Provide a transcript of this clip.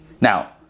Now